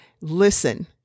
listen